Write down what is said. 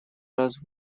раз